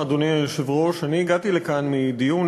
אדוני היושב-ראש, תודה לך, אני הגעתי לכאן מדיון